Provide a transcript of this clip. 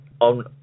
on